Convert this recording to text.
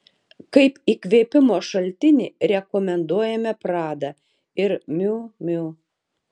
kaip įkvėpimo šaltinį rekomenduojame prada ir miu miu